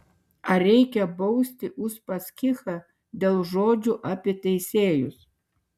ar reikia bausti uspaskichą dėl žodžių apie teisėjus